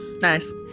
Nice